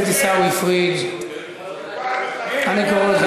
תזכיר לו איפה,